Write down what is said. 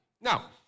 now